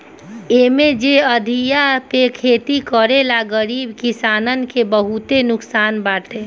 इमे जे अधिया पे खेती करेवाला गरीब किसानन के बहुते नुकसान बाटे